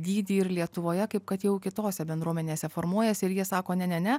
dydį ir lietuvoje kaip kad jau kitose bendruomenėse formuojasi ir jie sako ne ne ne